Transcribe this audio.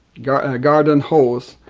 garden garden hose,